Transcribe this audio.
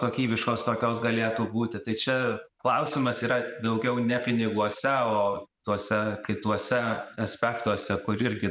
kokybiškos kokios galėtų būti tai čia klausimas yra daugiau ne piniguose o tuose kituose aspektuose kur irgi